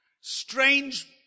strange